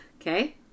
Okay